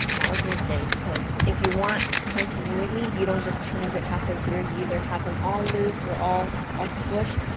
that was a mistake, because if you want continuity, you don't just change it halfway through, you either have them all loose, or all all squooshed,